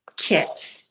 Kit